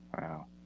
Wow